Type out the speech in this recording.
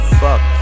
fuck